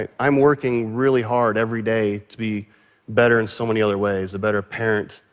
ah i'm working really hard every day to be better in so many other ways, a better parent,